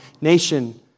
nation